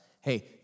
Hey